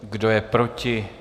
Kdo je proti?